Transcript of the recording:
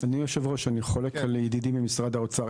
אני, יושב הראש, אני חולק על ידידי ממשרד האוצר.